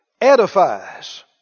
edifies